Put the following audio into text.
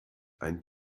ein